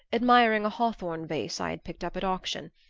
admiring a hawthorn vase i had picked up at auction.